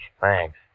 Thanks